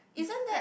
isn't that